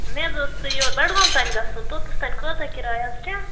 مےٚ حظ اوس یور بَڈگوم تام گژھُن توٚتَس تام کۭژاہ کِراے حظ چھےٚ